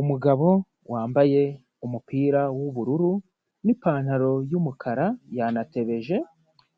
Umugabo wambaye umupira w'ubururu n’ipantaro y’umukara, yanatebeje